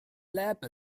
lab